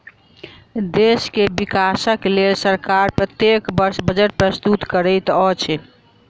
देश के विकासक लेल सरकार प्रत्येक वर्ष बजट प्रस्तुत करैत अछि